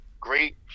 Great